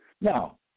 Now